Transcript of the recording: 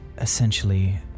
essentially